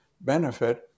benefit